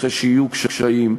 אחרי שיהיו קשיים,